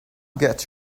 get